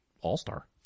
all-star